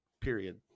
period